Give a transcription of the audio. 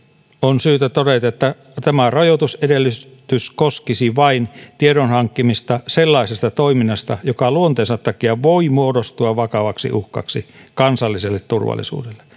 on syytä todeta että tämä rajoitusedellytys koskisi vain tiedon hankkimista sellaisesta toiminnasta joka luonteensa takia voi muodostua vakavaksi uhkaksi kansalliselle turvallisuudelle